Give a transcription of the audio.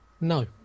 No